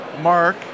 Mark